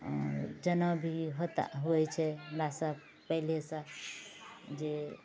आओर जनेऊ भी होता होइ छै हमरा सभ पहिलेसँ जे